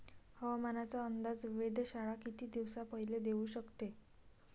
हवामानाचा अंदाज वेधशाळा किती दिवसा पयले देऊ शकते?